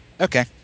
Okay